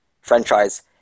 franchise